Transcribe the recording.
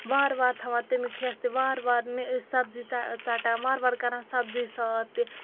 وارٕ وارٕ تھاوان تَمیُک ہٮ۪س تہِ وارٕ وارٕ مےٚ ٲسۍ سَبزی ژَٹان وارٕ وارٕ کَران سَبزی تہِ